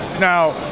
now